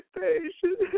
patient